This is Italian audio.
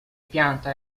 pianta